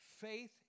faith